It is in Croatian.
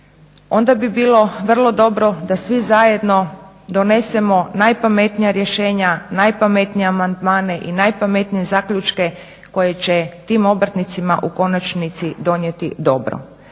onda bi bilo vrlo dobro da svi zajedno donesemo najpametnija rješenja, najpametnije amandmane i najpametnije zaključke koje će tim obrtnicima u konačnici donijeti dobro.